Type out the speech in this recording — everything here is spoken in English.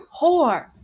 whore